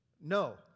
No